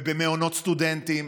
במעונות סטודנטים,